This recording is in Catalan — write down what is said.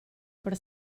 per